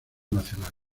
nacional